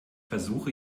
versuche